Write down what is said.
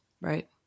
Right